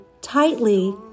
tightly